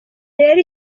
rero